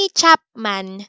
Chapman